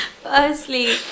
Firstly